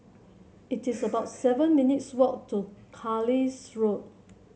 it is about seven minutes walk to Carlisle Road